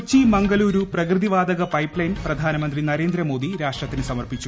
കൊച്ചി മംഗളൂരു പ്രകൃതി വാതക pipe line പ്രധാനമന്ത്രി നരേന്ദ്രമോദി രാഷ്ട്രത്തിനു സമർപ്പിച്ചു